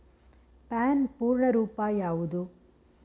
PAN ಪೂರ್ಣ ರೂಪ ಯಾವುದು?